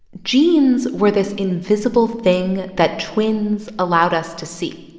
genes were this invisible thing that twins allowed us to see,